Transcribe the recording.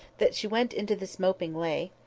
that she went into this moping way.